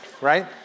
Right